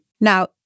Now